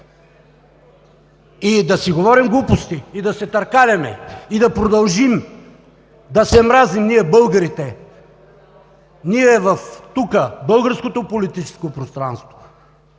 И да си говорим глупости, и да търкаляме, и да продължим да се мразим ние, българите… Ние тук – в българското политическо пространство,